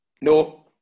No